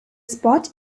spot